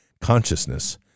consciousness